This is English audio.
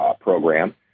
program